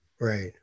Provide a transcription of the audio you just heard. right